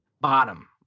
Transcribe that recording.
Bottom